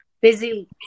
busy